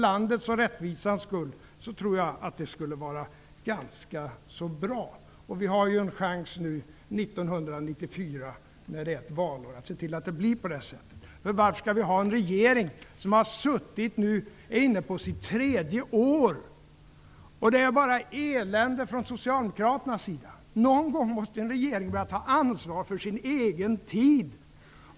Jag tror att det skulle vara bra för landets och rättvisans skull. Vi har en chans att under valåret 1994 se till att det blir så. Varför skall vi ha en regering som på sitt tredje år anser att det är bara elände från Socialdemokraternas sida? Någon gång måste en regering ta ansvar för sin egen tid!